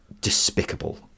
despicable